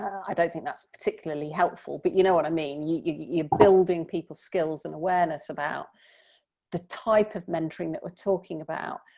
i don't think that's particularly helpful. but, you know, what i mean is you're building people's skills and awareness about the type of mentoring that we're talking about,